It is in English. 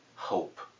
hope